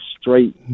straight